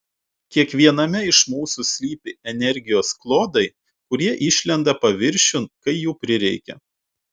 kiekviename iš mūsų slypi energijos klodai kurie išlenda paviršiun kai jų prireikia